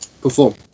perform